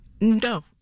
No